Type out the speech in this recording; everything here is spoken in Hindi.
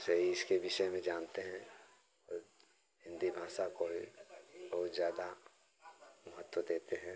से ही इसके विषय में जानते हैं भाषा को ही बहुत ज़्यादा महत्त्व देते हैं